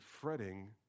fretting